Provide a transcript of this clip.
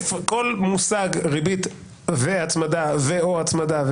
כל מושג שקשור לריבית והצמדה ו/או הצמדה,